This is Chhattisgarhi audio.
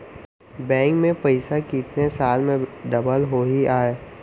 बैंक में पइसा कितने साल में डबल होही आय?